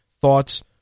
thoughts